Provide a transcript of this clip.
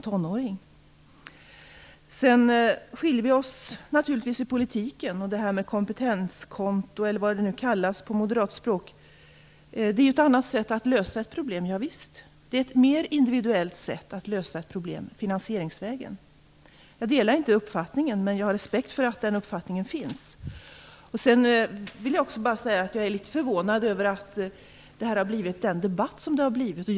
Vi skiljer oss naturligtvis åt politiskt. Kompetenskonto, eller vad det kallas på moderatspråk, är ett annat sätt att lösa ett problem. Det är ett mer individuellt sätt att lösa ett problem finansieringsvägen. Jag delar inte uppfattningen, men jag respekterar att den finns. Jag är litet förvånad över att denna debatt har uppstått.